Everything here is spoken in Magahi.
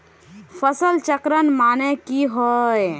फसल चक्रण माने की होय?